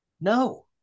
No